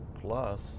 plus